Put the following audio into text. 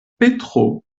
petro